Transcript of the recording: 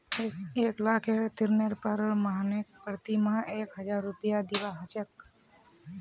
एक लाखेर ऋनेर पर मोहनके प्रति माह एक हजार रुपया दीबा ह छेक